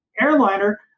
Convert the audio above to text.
airliner